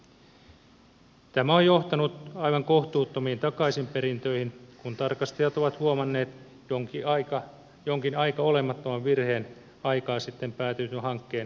tämä on johtanut aivan kohtuuttomiin takaisinperintöihin kun tarkastajat ovat huomanneet jonkin aika olemattoman virheen aikaa sitten päätetyn hankkeen asiakirjoissa